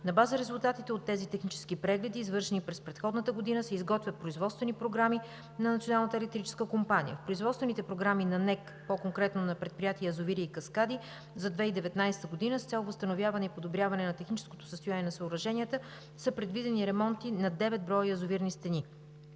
На база на резултатите от тези технически прегледи, извършени през предходната година, се изготвят производствени програми на Националната електрическа компания. Производствените програми на НЕК, по-конкретно на предприятие „Язовири и каскади“, за 2019 г. с възстановяване и подобряване на техническото състояние на съоръженията са предвидени ремонти на 9 броя язовирни стени.